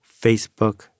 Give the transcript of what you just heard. Facebook